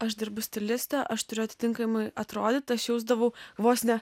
aš dirbu stiliste aš turiu atitinkamai atrodyt aš jausdavau vos ne